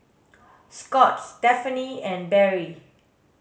Scott Stephaine and Berry